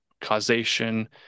causation